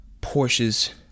Porsches